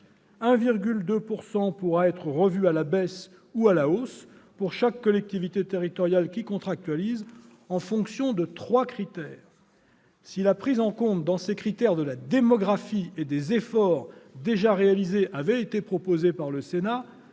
1,2 % pourra être revu à la baisse ou à la hausse pour chaque collectivité territoriale qui contractualise, en fonction de trois critères. Si la prise en compte dans ces critères de la démographie et des efforts déjà réalisés avait été proposée par le Sénat,